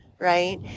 right